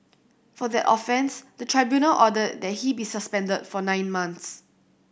for that offence the tribunal ordered that he be suspended for nine months